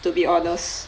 to be honest